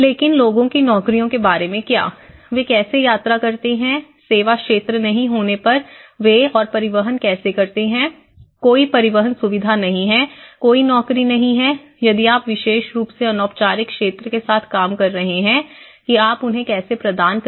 लेकिन लोगों की नौकरियों के बारे में क्या वे कैसे यात्रा करते हैं सेवा क्षेत्र नहीं होने पर वे और परिवहन कैसे करते हैं कोई परिवहन सुविधा नहीं है कोई नौकरी नहीं है यदि आप विशेष रूप से अनौपचारिक क्षेत्र के साथ काम कर रहे हैं कि आप उन्हें कैसे प्रदान करने जा रहे हैं